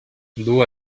dur